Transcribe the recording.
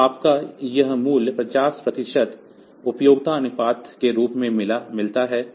तो आपको यह मूल्य 50 प्रतिशत उपयोगिता अनुपात के रूप में मिलता है